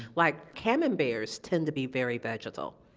like camemberts tend to be very vegetal.